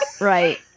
right